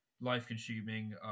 life-consuming